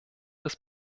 des